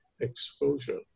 exposure